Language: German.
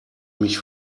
mich